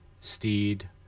steed